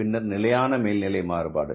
பின்னர் நிலையான மேல்நிலை மாறுபாடு